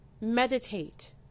meditate